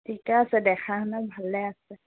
ঠিকে আছে দেখা নাই ভালে আছে